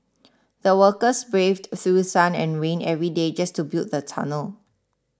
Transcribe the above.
the workers braved through sun and rain every day just to build the tunnel